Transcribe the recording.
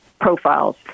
profiles